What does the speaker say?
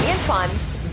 Antoine's